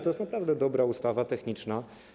To jest naprawdę dobra ustawa techniczna.